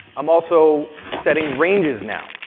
i'm also setting ranges now.